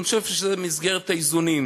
ואני חושב שזה במסגרת האיזונים.